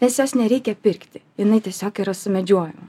nes jos nereikia pirkti jinai tiesiog yra sumedžiojama